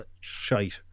shite